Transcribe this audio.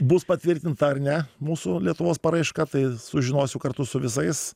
bus patvirtinta ar ne mūsų lietuvos paraiška tai sužinosiu kartu su visais